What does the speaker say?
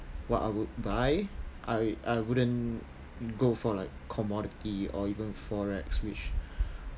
what I would buy I I wouldn't go for like commodity or even forex which